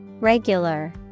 Regular